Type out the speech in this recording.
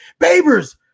Babers